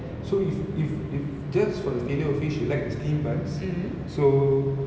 so if if if just for the filet O fish you like the steamed buns so